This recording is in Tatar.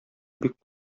бик